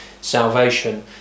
salvation